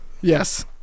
Yes